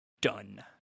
done